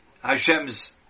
Hashem's